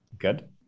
Good